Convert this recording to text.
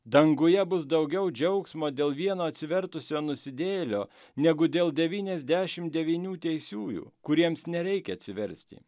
danguje bus daugiau džiaugsmo dėl vieno atsivertusio nusidėjėlio negu dėl devyniasdešim devynių teisiųjų kuriems nereikia atsiversti